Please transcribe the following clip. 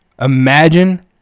Imagine